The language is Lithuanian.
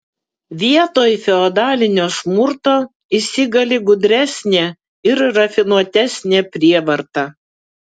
vietoj feodalinio smurto įsigali gudresnė ir rafinuotesnė prievarta